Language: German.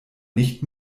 nicht